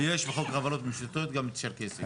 יש חוק החברות הממשלתיות גם צ'רקסית.